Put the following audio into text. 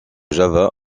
java